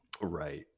Right